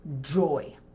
joy